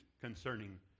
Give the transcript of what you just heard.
concerning